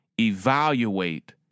evaluate